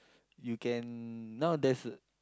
you can now there's a